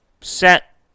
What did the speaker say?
set